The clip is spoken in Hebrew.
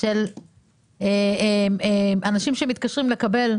של אנשים שמתקשרים לקבל,